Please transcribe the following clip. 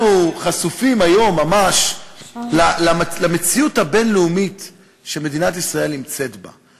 אנחנו חשופים היום ממש למציאות הבין-לאומית שמדינת ישראל נמצאת בה,